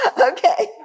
Okay